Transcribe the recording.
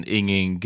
ingen